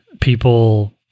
People